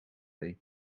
ray